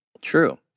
True